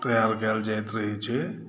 तैयार कयल जाइत रहैत छै